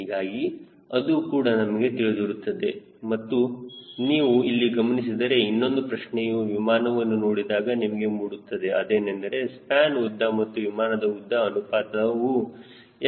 ಹೀಗಾಗಿ ಅದು ಕೂಡ ನಮಗೆ ತಿಳಿದಿರುತ್ತದೆ ಮತ್ತು ನೀವು ಇಲ್ಲಿ ಗಮನಿಸಿದರೆ ಇನ್ನೊಂದು ಪ್ರಶ್ನೆಯು ವಿಮಾನವನ್ನು ನೋಡಿದಾಗ ನಿಮಗೆ ಮೂಡುತ್ತದೆ ಅದೇನೆಂದರೆ ಸ್ಪ್ಯಾನ್ ಉದ್ದ ಮತ್ತು ವಿಮಾನದ ಉದ್ದದ ಅನುಪಾತವು ಎಷ್ಟು ಆಗಿರುತ್ತದೆ